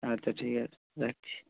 আচ্ছা ঠিক আছে রাখছি